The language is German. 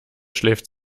schläft